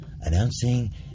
announcing